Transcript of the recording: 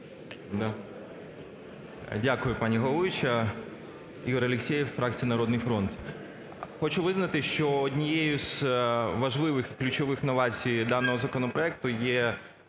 Дякую, пані головуюча. Ігор Алексєєв, фракція "Народний фронт". Хочу визнати, що однією з важливих ключових новацій даного законопроекту є